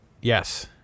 Yes